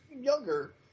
younger